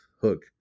hook